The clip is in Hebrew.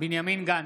בנימין גנץ,